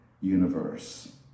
universe